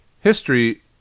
History